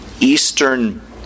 Eastern